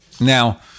Now